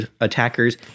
attackers